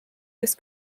this